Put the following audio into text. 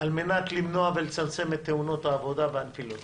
על מנת למנוע ולצמצם את תאונות העבודה והנפילות.